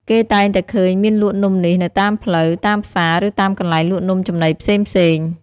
គេតែងតែឃើញមានលក់នំនេះនៅតាមផ្លូវ តាមផ្សារ ឬតាមកន្លែងលក់នំចំណីផ្សេងៗ។